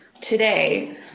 today